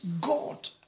God